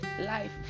life